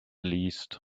least